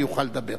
ויוכל לדבר.